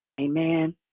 Amen